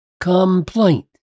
Complaint